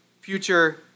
future